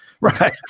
Right